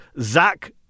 Zach